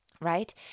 Right